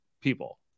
people